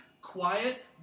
quiet